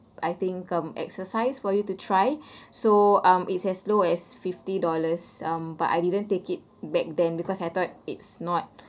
I think um exercise for you to try so um it's as low as fifty dollars um but I didn't take it back then because I thought it's not